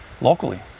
locally